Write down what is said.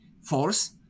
force